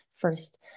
first